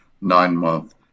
nine-month